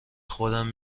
خودم